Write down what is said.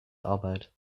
arbeit